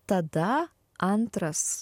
tada antras